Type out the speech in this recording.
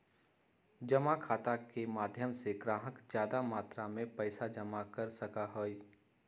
जमा खाता के माध्यम से ग्राहक ज्यादा मात्रा में पैसा जमा कर सका हई